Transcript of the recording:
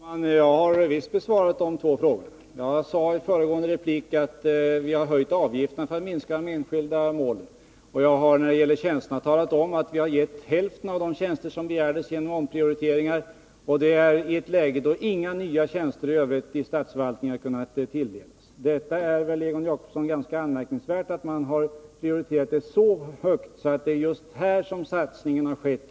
Herr talman! Jag har visst besvarat de två frågorna. Jag sade i min föregående replik att vi har höjt avgifterna för att minska de enskilda målen. Och jag har talat om att vi genom omprioriteringar har beviljat hälften av de tjänster som har begärts. Detta har vi gjort i ett läge där inga nya tjänster i Övrigt har kunnat inrättas i statsförvaltningen. Det är väl ganska anmärkningsvärt, Egon Jacobsson, att vi har prioriterat detta område så högt att det är just här som satsningen har skett?